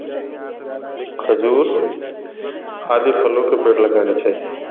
खजूर आदि फलों के पेड़ लगाने चाहिए